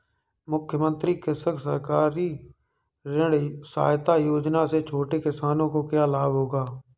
मुख्यमंत्री कृषक सहकारी ऋण सहायता योजना से छोटे किसानों को क्या लाभ होगा?